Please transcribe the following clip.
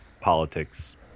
politics